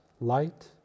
light